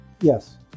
Yes